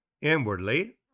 inwardly